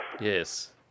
Yes